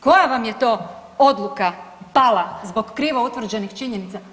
Koja vam je to odluka pala zbog krivo utvrđenih činjenica?